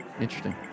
Interesting